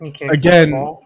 again